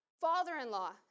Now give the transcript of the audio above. father-in-law